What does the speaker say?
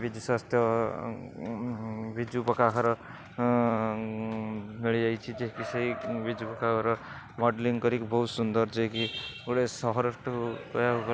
ବିଜୁ ସ୍ୱାସ୍ଥ୍ୟ ବିଜୁ ପକ୍କା ଘର ମିଳିଯାଇଛି ଯେ କି ସେଇ ବିଜୁ ପକ୍କା ଘର ମଡ଼େଲିଂ କରିକି ବହୁତ ସୁନ୍ଦର ଯେ କି ଗୋଟେ ସହରଠୁ କହିବାକୁ ଗଲେ